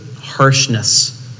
harshness